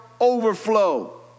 overflow